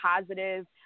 positive